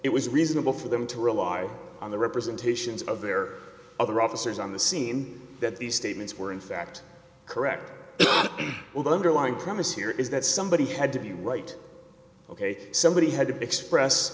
it was reasonable for them to rely on the representations of their other officers on the scene that these statements were in fact correct or the underlying premise here is that somebody had to be right ok somebody had to be express